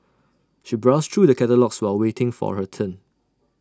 she browsed through the catalogues while waiting for her turn